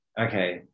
okay